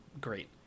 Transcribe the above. great